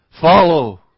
follow